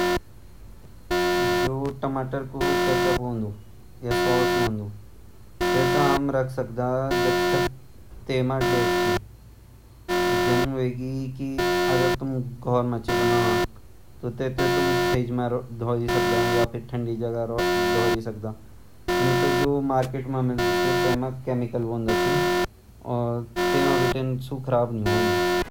जु टमाटर सॉस चिन जु हम बाजार बाटिन लयन वेगि ता गरंटी छे महीना, छे महीने ता गरंटी मतलब वे गरंटी दी रनदि अर जु हम घोर मु बंडोदा, घोर माँ हम ज़्यादा केमिकल डालदा नि छीन वे हम ज़्यदा से ज़्यदा योक महीना तक चले सकन कि हामु खांड तक उ अच्छू रन ऊ खराब नई वन।